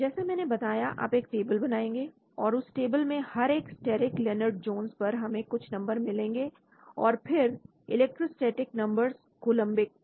तो जैसा मैंने बताया आप एक टेबल बनाएंगे और उस टेबल में हर एक steric Lennard Jones पर हमें कुछ नंबर मिलेंगे और फिर इलेक्ट्रोस्टेटिक नंबर्स कूलंबिक